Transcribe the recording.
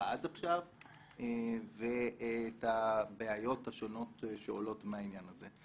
עד עכשיו ואת הבעיות השונות שעולות מהעניין הזה.